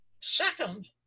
Second